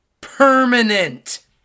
permanent